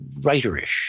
writerish